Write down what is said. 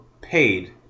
paid